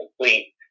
complete